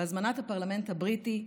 בהזמנת הפרלמנט הבריטי,